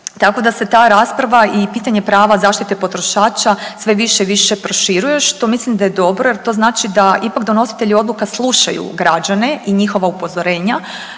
Tako da se ta rasprava i pitanje prava zaštite potrošača sve više i više proširuje što mislim da je dobro, jer to znači da ipak donositelji odluka slušaju građane i njihova upozorenja.